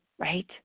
right